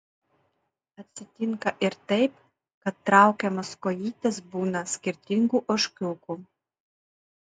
atsitinka ir taip kad traukiamos kojytės būna skirtingų ožkiukų